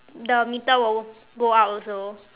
the meter will go up also